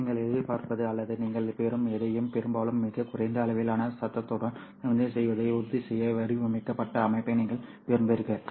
நீங்கள் எதிர்பார்ப்பது அல்லது நீங்கள் பெறும் எதையும் பெரும்பாலும் மிகக் குறைந்த அளவிலான சத்தத்துடன் சமிக்ஞை செய்வதை உறுதிசெய்ய வடிவமைக்கப்பட்ட அமைப்பை நீங்கள் விரும்புகிறீர்கள்